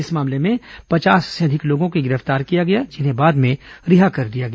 इस मामले में पचास से अधिक लोगों को गिरफ्तार किया गया जिन्हें बाद में रिहा कर दिया गया